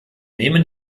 nehmen